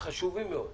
חשובים מאוד,